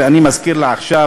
ואני מזכיר לך עכשיו,